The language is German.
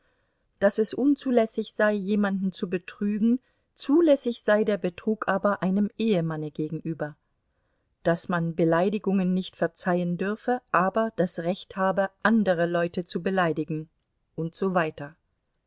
daß es unzulässig sei jemanden zu betrügen zulässig sei der betrug aber einem ehemanne gegenüber daß man beleidigungen nicht verzeihen dürfe aber das recht habe andere leute zu beleidigen und so weiter